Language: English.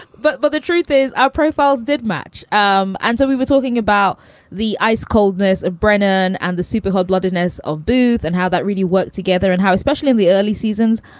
but but the truth is, our profiles did match um and so we were talking about the ice coldness of brennan and the superhot bloodedness of booth and how that really worked together and how especially in the early seasons,